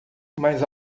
mas